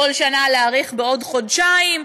בכל שנה להאריך בעוד חודשיים,